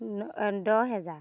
দহ হেজাৰ